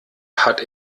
hat